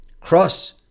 Cross